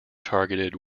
targeted